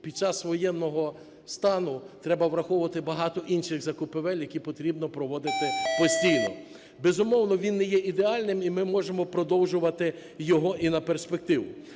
під час воєнного стану треба враховувати багато інших закупівель, які потрібно проводити постійно. Безумовно, він не є ідеальним і ми можемо продовжувати його і на перспективу.